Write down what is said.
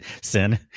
Sin